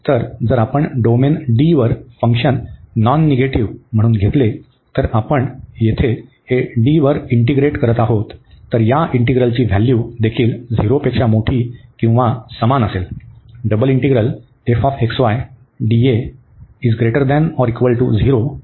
तर जर आपण डोमेन D वर फंक्शन नॉन निगेटिव्ह म्हणून घेतले तर आपण येथे हे D वर इंटीग्रेट करत आहोत तर या इंटीग्रलची व्हॅल्यू देखील 0 पेक्षा मोठी किंवा समान असेल